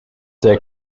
der